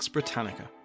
Britannica